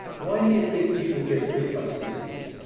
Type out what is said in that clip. why do you think people get reflux disease?